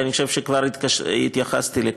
כי אני חושב שכבר התייחסתי לכך.